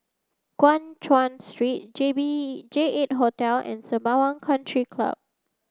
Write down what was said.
Guan Chuan Street J B J eight Hotel and Sembawang Country Club